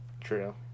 True